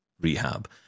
rehab